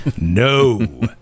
no